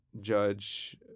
judge